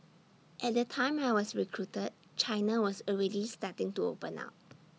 at the time I was recruited China was already starting to open up